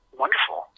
wonderful